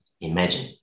Imagine